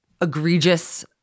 egregious